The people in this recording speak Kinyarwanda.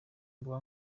mbuga